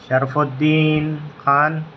Sharaf Uddin Khan